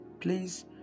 please